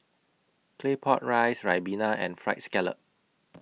Claypot Rice Ribena and Fried Scallop